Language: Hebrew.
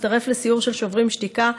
מצטרף לסיור של שוברים שתיקה,